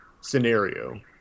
scenario